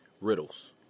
riddles